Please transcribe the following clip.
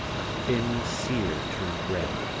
a thin sear turned red.